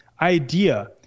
idea